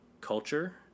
culture